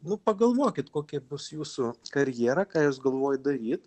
nu pagalvokit kokia bus jūsų karjera ką jūs galvojat daryt